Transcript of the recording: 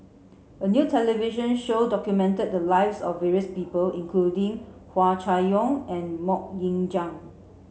a new television show documented the lives of various people including Hua Chai Yong and Mok Ying Jang